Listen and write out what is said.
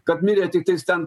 kad mirė tiktais ten